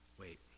wait